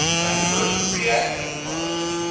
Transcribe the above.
my first reaction was,